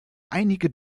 einige